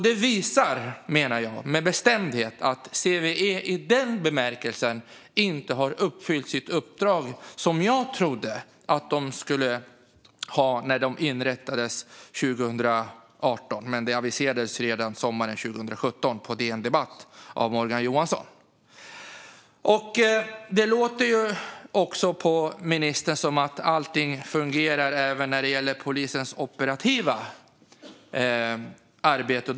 Detta visar, menar jag med bestämdhet, att CVE i den bemärkelsen inte har uppfyllt det uppdrag som jag trodde att CVE skulle ha vid inrättandet 2018. Men det aviserades redan sommaren 2017 på DN Debatt av Morgan Johansson. Det låter på ministern som att allting fungerar även när det gäller polisens operativa arbete.